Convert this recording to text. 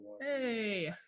Hey